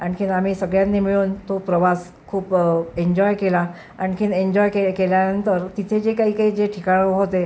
आणखी आम्ही सगळ्यांनी मिळून तो प्रवास खूप एन्जॉय केला आणखी एन्जॉय के केल्यानंतर तिथे जे काही काही जे ठिकाणं होते